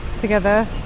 together